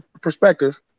perspective